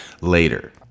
later